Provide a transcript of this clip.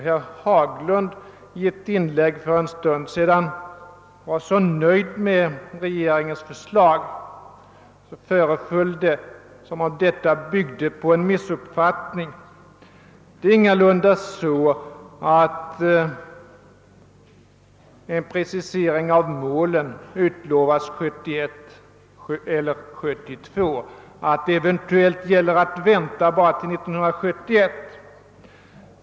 Herr Haglund var i ett inlägg för en stund sedan mycket nöjd med regeringens förslag, men detta föreföll att bygga på en missuppfattning. Det förhåller sig ingalunda så, att en precisering av målen utlovas till 1971 eller 1972, att det eventuellt gäller att vänta bara till 1971.